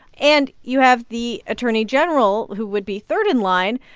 and you have the attorney general, who would be third in line,